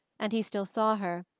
and he still saw her,